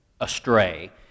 astray